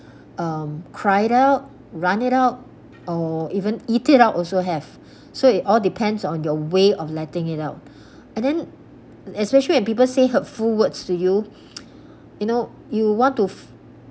um cried it out run it out or even eat it up also have so it all depends on your way of letting it out and then especially when people say hurtful words to you you know you want to